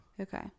Okay